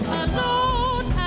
alone